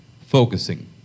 focusing